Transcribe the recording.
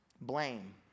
blame